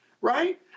right